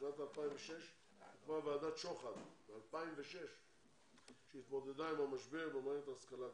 בשנת 2006 הוקמה ועדת שוחט שהתמודדה עם המשבר בהשכלה הגבוהה.